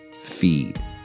feed